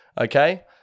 Okay